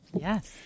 Yes